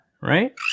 Right